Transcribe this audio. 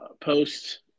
Post